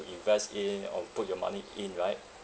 invest in or put your money in right